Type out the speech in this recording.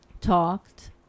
talked